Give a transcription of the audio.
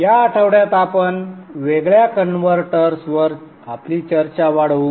या आठवड्यात आपण वेगळ्या कन्व्हर्टर्सवर आपली चर्चा वाढवू